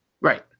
Right